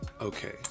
okay